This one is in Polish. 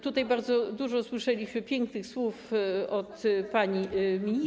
Tutaj bardzo dużo słyszeliśmy pięknych słów od pani minister.